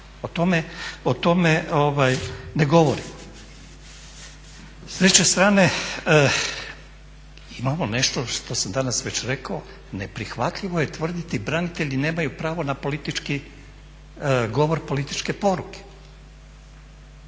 O tome ne govorimo. S treće strane, imamo nešto što sam danas već rekao, neprihvatljivo je tvrditi branitelji nemaju pravo na politički govor, političke poruke.